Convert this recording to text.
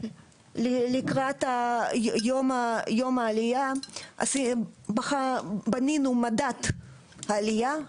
לקראת יום העלייה בנינו מדד עלייה,